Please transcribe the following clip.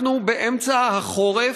אנחנו באמצע החורף,